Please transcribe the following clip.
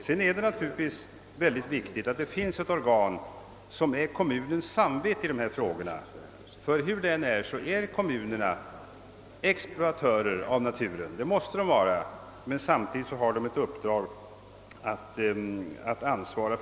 Det är naturligtvis mycket viktigt att det finns ett organ som är kommunens samvete i dessa frågor, ty hur det än är är kommunerna exploatörer av naturvärden — det måste det vara — men samtidigt skall de ansvara för naturens vård.